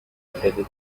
telekinesis